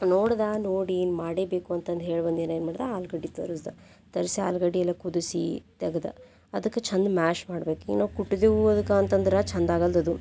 ನೋಡ್ದೆ ನೋಡಿ ಇನ್ನು ಮಾಡೇಬೇಕು ಅಂತಂದ್ಹೇಳಿ ಒಂದಿನ ಏನು ಮಾಡ್ದೆ ಆಲೂಗಡ್ಡೆ ತರಸ್ದೆ ತರಿಸಿ ಆಲೂಗಡ್ಡೆ ಎಲ್ಲ ಕುದಿಸಿ ತೆಗ್ದೆ ಅದಕ್ಕೆ ಚಂದ ಮ್ಯಾಶ್ ಮಾಡಬೇಕು ನಾವು ಕುಟ್ದಿವೂ ಅದಕ್ಕೆ ಅಂತಂದ್ರೆ ಚಂದ ಆಗಲ್ದು ಅದು